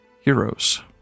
Heroes